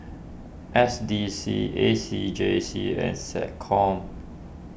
S D C A C J C and SecCom